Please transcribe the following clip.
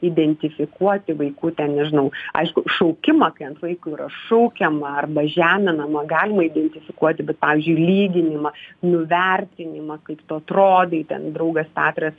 identifikuoti vaikų ten nežinau aišku šaukimą kai ant vaiko yra šaukiama arba žeminama galima identifikuoti bet pavyzdžiui lyginimą nuvertinimą kaip tu atrodai ten draugas petras